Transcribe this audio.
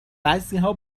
بعضیها